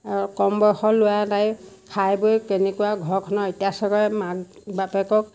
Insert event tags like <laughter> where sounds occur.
আৰু কম বয়সৰ ল'ৰা এটাই খাই বৈ কেনেকুৱা ঘৰখনৰ <unintelligible> মাক বাপেকক